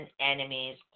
enemies